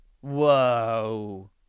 Whoa